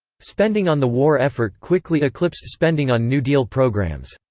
spending on the war effort quickly eclipsed spending on new deal programs.